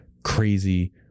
Crazy